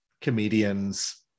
comedian's